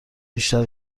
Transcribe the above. بیشتر